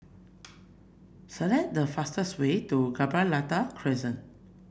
select the fastest way to Gibraltar Crescent